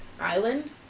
Island